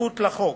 רציפות על החוק.